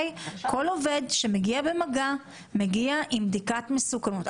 כל עובד שמגיע במגע מגיע עם בדיקת מסוכנות.